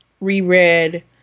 reread